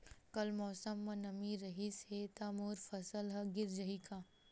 कल मौसम म नमी रहिस हे त मोर फसल ह गिर जाही का?